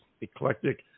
eclectic